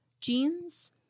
jeans